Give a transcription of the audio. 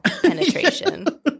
penetration